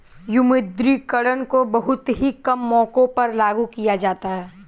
विमुद्रीकरण को बहुत ही कम मौकों पर लागू किया जाता है